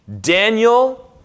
Daniel